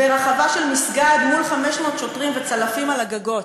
ברחבה של מסגד מול 500 שוטרים וצלפים על הגגות.